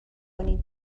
کنید